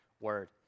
word